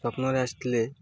ସ୍ଵପ୍ନରେ ଆସିଥିଲେ